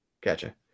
Gotcha